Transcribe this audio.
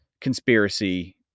conspiracy